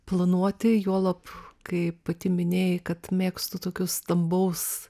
planuoti juolab kaip pati minėjai kad mėgstu tokius stambaus